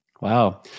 Wow